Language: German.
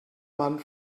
man